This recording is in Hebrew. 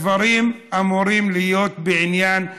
הדברים אמורים להיות בעניין יחס,